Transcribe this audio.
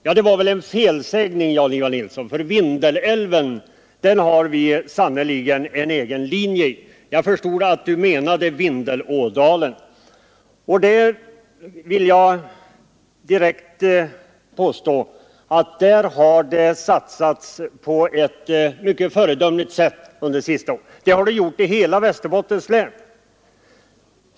Det var väl en felsägning, herr Nilsson? — I fråga om Vindelälven har vi sannerligen en egen linje. Jag förstod att herr Nilsson menade Vindelådalen. Jag vill då påstå att det har satsats på ett mycket föredömligt sätt där under senare år; satsningar har gjorts i hela Västerbottens län.